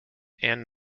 and